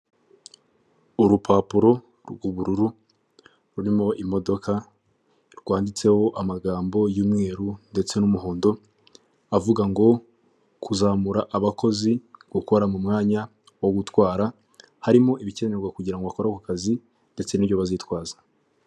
Urupapuro rw'ubururu rurimo imodoka rwanditseho amagambo y'umweru ndetse n'umuhondo avuga ngo kuzamura abakozi gukora mu mwanya wo gutwara harimo ibikenerwa kugira ngo akore ako kazi ndetse n'ibyo bazitwaza.